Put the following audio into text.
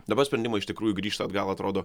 dabar sprendimai iš tikrųjų grįžta atgal atrodo